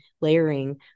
layering